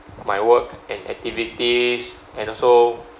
my work and activities and also